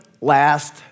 last